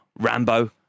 Rambo